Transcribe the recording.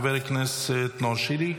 חבר הכנסת נאור שירי,